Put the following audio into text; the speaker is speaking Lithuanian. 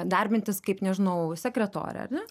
darbintis kaip nežinau sekretore ar ne